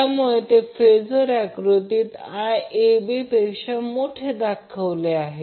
त्यामुळे ते फेजर आकृतीत IAB पेक्षा मोठे दाखवले आहे